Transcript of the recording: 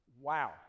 Wow